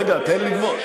רגע, תן לגמור,